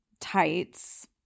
tights